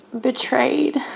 betrayed